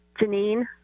Janine